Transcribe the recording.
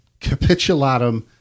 capitulatum